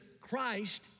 Christ